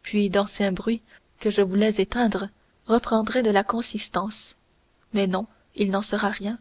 puis d'anciens bruits que je voulais éteindre reprendraient de la consistance mais non il n'en sera rien